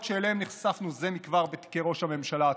שאליהן נחשפנו זה מכבר בתיקי ראש הממשלה התפורים,